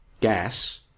gas